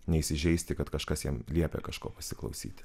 neįsižeisti kad kažkas jam liepė kažko pasiklausyti